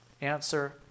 Answer